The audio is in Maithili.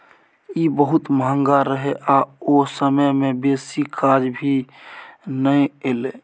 ई बहुत महंगा रहे आ ओ समय में बेसी काज भी नै एले